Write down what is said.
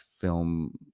film